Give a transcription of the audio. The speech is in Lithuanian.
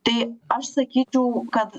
tai aš sakyčiau kad